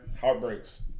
Heartbreaks